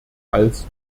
als